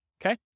Okay